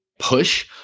Push